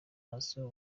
maso